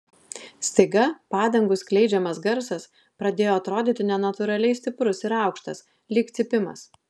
staiga padangų skleidžiamas garsas pradėjo atrodyti nenatūraliai stiprus ir aukštas lyg cypimas